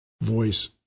voice